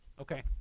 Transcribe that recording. Okay